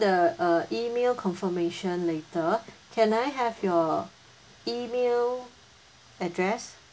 the uh email confirmation later can I have your email address